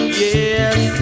yes